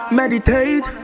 meditate